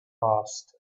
caused